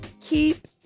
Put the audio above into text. Keep